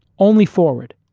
only forward.